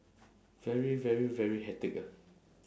very very very hectic ah